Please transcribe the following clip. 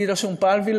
אטילה שומפלבי,